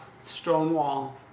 Stonewall